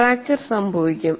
fracture സംഭവിക്കും